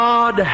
God